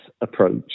approach